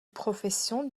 profession